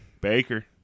Baker